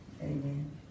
Amen